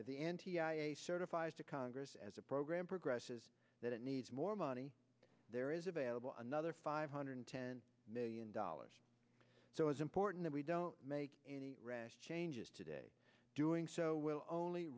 box at the end certifies to congress as a program progresses that it needs more money there is available another five hundred ten million dollars so it is important that we don't make any rash changes today doing so will only